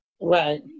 Right